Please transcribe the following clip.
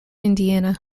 indiana